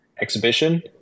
exhibition